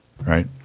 right